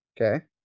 Okay